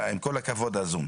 עם כל הכבוד ל-זום,